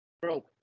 Bro